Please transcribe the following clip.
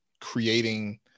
creating